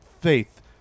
Faith